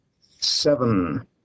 Seven